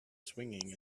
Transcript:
swinging